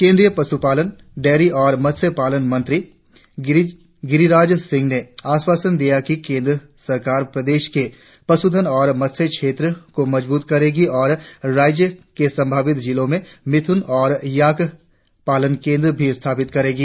केंद्रीय पश्पालन डेयरी और मत्स्य पालन मंत्री गिरिराज सिंह ने आश्वासन दिया है कि केंद्र सरकार प्रदेश के पशुधन और मत्स्य क्षेत्रों को मजब्रत करेगी और राज्य के संभावित जिलों में मिथुन और याक पालन केंद्र भी स्थापित करेगी